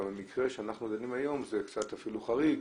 ובמקרה שאנחנו דנים היום זה אפילו קצת חריג,